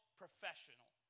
professional